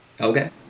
Okay